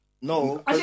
No